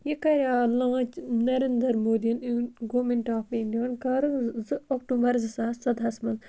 یہِ کَریا لانٛچ نَرِندر مودِیَن گورمِنٹ آف اِنڈیاہَن کَر زٕ اکٹوٗبَر زٕ ساس ژۄدہَس منٛز